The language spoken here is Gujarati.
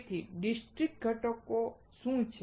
તેથી ડિસ્ક્રીટ ઘટકો શું છે